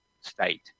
state